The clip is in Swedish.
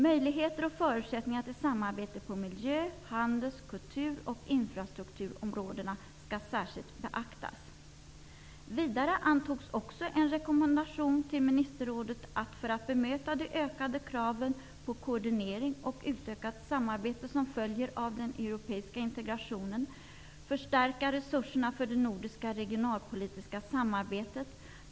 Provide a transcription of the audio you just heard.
Möjligheter och förutsättning till samarbete på miljö , handels , kultur och infrastrukturområden skall särskilt beaktas. Ministerrådet om att, för att bemöta de ökade kraven på koordinering och utökat samarbete som följer av den europeiska integrationen, förstärka resurserna för det nordiska regionalpolitiska samarbetet.